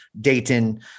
Dayton